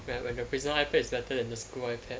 when when the personal ipad is better than the school ipad